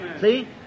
See